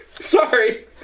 Sorry